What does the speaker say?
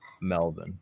Melvin